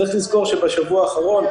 צריך לזכור שבשבוע האחרון,